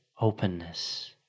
openness